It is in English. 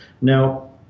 Now